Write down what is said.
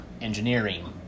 engineering